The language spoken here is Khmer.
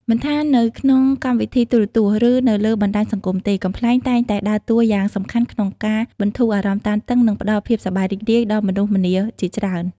មិនថានៅក្នុងកម្មវិធីទូរទស្សន៍ ឬនៅលើបណ្ដាញសង្គមទេ កំប្លែងតែងតែដើរតួយ៉ាងសំខាន់ក្នុងការបន្ធូរ អារម្មណ៍តានតឹង និងផ្ដល់ភាពសប្បាយរីករាយដល់មនុស្សម្នាជាច្រើន។